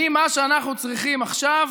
האם מה שאנחנו צריכים עכשיו